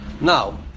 Now